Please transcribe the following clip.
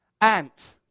Ant